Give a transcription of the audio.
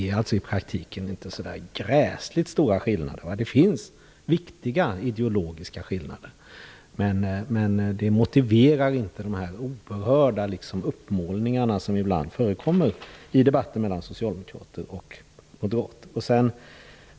Det är alltså i praktiken inte så gräsligt stora skillnader, även om det finns viktiga ideologiska skillnader. Skillnaderna motiverar inte de oerhörda uppmålningar som ibland förekommer i debatten mellan socialdemokrater och moderater.